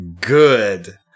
good